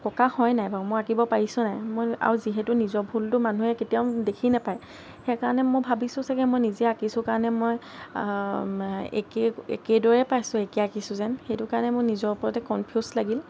ককা হয় নাই বাৰু মই আঁকিব পাৰিছোনে নাই আৰু যিহেতু নিজৰ ভুলটো মানুহে কেতিয়াও দেখি নাপাই সেই কাৰণে মই ভাবিছোঁ চাগৈ মই নিজে আঁকিছোঁ কাৰণে মই একেই একেই দৰেই পাইছোঁ একে আঁকিছোঁ যেন সেইটো কাৰণে মোৰ নিজৰ ওপৰতে কনফিউজ লাগিল